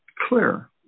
clear